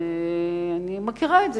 אני מכירה את זה,